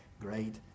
great